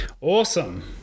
Awesome